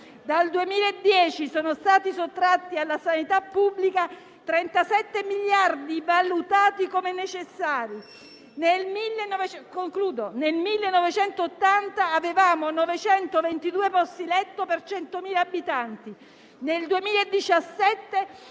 Dal 2010 sono stati sottratti alla sanità pubblica 37 miliardi valutati come necessari. Nel 1980 avevamo 922 posti letto per 100.000 abitanti; nel 2017,